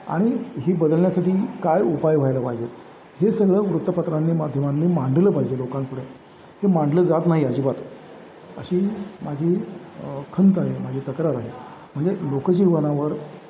आणि ही बदलण्यासाठी काय उपाय व्हायला पाहिजेत हे सगळं वृत्तपत्रांनी माध्यमांनी मांडलं पाहिजे लोकांपुढं हे मांडलं जात नाही अजिबात अशी माझी खंत आहे माझी तक्रार आहे म्हणजे लोकजीवनावर